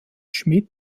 schmitt